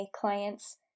clients